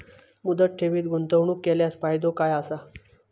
मुदत ठेवीत गुंतवणूक केल्यास फायदो काय आसा?